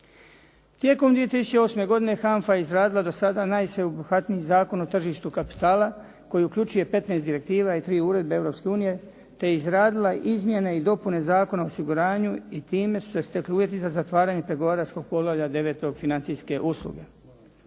Tijekom 2008. godine HANFA je izradila do sada najsveobuhvatniji Zakon o tržištu kapitala koji uključuje 15 direktiva i 3 uredbe Europske unije, te izradila izmjene i dopune Zakona o osiguranju i time su se stekli uvjeti za zatvaranje pregovaračkog poglavlja 9. – Financijske usluge.